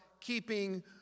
keeping